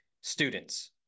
students